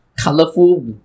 colorful